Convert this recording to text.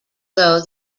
though